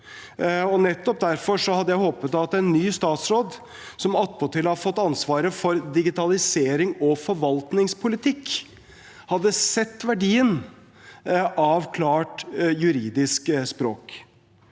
Nettopp derfor hadde jeg håpet at en ny statsråd – som attpåtil har fått ansvaret for digitalisering og forvaltningspolitikk – hadde sett verdien av klart juridisk språk.